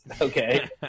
Okay